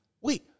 wait